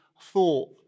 thought